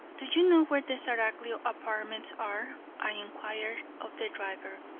do you know where the seraglio apartments are? i inquired of the driver.